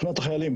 שכונת החיילים